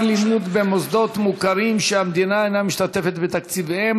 לימוד במוסדות מוכרים שהמדינה אינה משתתפת בתקציביהם),